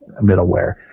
middleware